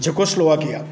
Czechoslovakia